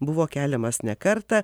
buvo keliamas ne kartą